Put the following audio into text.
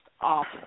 awful